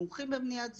מומחים במניעת זיהומים.